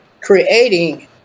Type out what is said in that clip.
creating